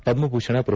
Padmabhushan pro